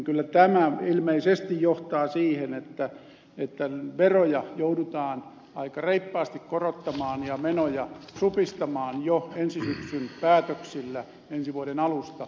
kyllä tämä ilmeisesti johtaa siihen että veroja joudutaan aika reippaasti korottamaan ja menoja supistamaan jo ensi syksyn päätöksillä ensi vuoden alusta